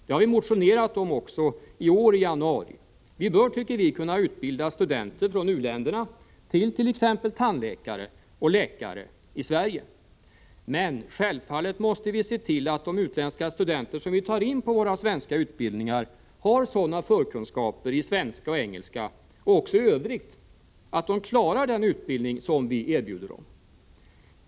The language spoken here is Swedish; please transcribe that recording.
Vi har också motionerat om detta i januariiår. Vi bör i Sverige kunna utbilda studenter från u-länderna till t.ex. tandläkare och läkare. Men självfallet måste vi se till att de utländska studenter som vi tar in på våra svenska utbildningar har sådana förkunskaper i svenska och engelska och också i övrigt att de klarar den utbildning som vi erbjuder dem.